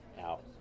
out